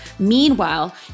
Meanwhile